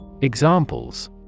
Examples